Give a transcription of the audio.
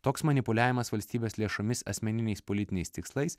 toks manipuliavimas valstybės lėšomis asmeniniais politiniais tikslais